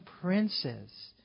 princes